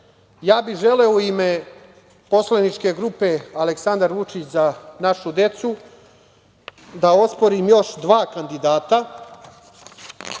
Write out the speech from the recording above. bih u ime poslaničke grupe Aleksandar Vučić – Za našu decu, da osporim još dva kandidata,